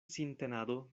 sintenado